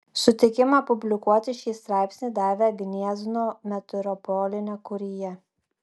sutikimą publikuoti šį straipsnį davė gniezno metropolinė kurija